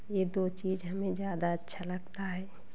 ये दो चीज़ हमें ज़्यादा अच्छा लगता है